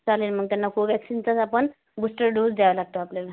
चालेल मग त्यांना कोव्हॅक्सिनचाच आपण बूस्टर डोज द्यावा लागतो आपल्याला